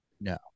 no